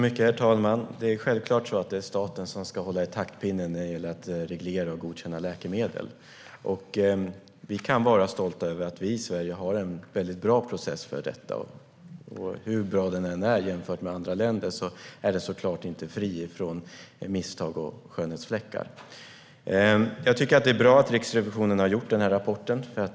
Herr talman! Självklart är det staten som ska hålla i taktpinnen när det gäller att reglera och godkänna läkemedel. Vi kan vara stolta över att vi i Sverige har en bra process för detta. Men hur bra den än är jämfört med andra länder är den såklart inte fri från misstag och skönhetsfläckar. Det är bra att Riksrevisionen har utarbetat sin rapport.